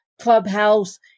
Clubhouse